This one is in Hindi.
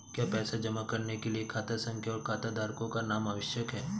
क्या पैसा जमा करने के लिए खाता संख्या और खाताधारकों का नाम आवश्यक है?